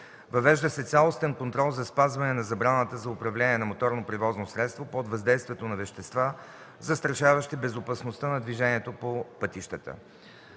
Въвежда се цялостен контрол за спазване на забраната за управление на моторно превозно средство под въздействието на вещества, застрашаващи безопасността на движението по пътищата.